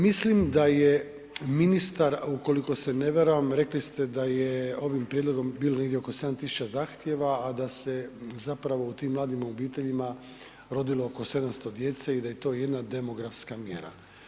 Mislim da je ministar, ukoliko se ne varam, rekli ste da je ovim prijedlogom bilo negdje oko 7 tisuća zahtjeva, a da se zapravo u tim mladim obiteljima rodilo oko 700 djece i da je to jedna demografska mjera.